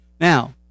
Now